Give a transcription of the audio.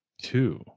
two